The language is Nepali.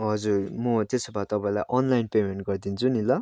हजुर मो त्यसो भए तपाईँलाई अनलाइन पेमेन्ट गरिदिन्छु नि ल